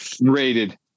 Rated